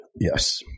Yes